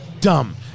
dumb